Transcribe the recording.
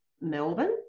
Melbourne